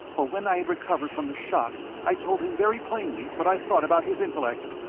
for when i had recovered from the shock i told him very plainly what i thought about his intellect,